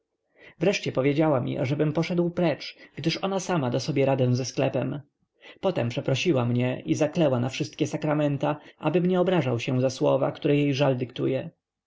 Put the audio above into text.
nareszcie powiedziała mi ażebym poszedł precz gdyż ona sama da sobie radę ze sklepem potem przeprosiła mnie i zaklęła na wszystkie sakramenta abym nie obrażał się za słowa które